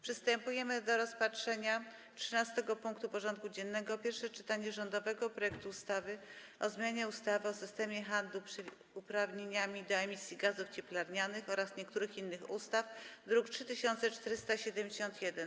Przystępujemy do rozpatrzenia punktu 13. porządku dziennego: Pierwsze czytanie rządowego projektu ustawy o zmianie ustawy o systemie handlu uprawnieniami do emisji gazów cieplarnianych oraz niektórych innych ustaw (druk nr 3471)